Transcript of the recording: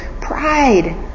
pride